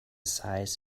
size